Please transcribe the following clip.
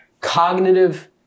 Cognitive